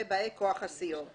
באי כוח הסיעות,